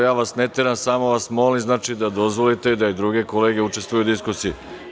Ja vas ne teram, samo vas molim da dozvolite da i druge kolege učestvuju u diskusiji.